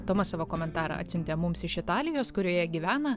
tomas savo komentarą atsiuntė mums iš italijos kurioje gyvena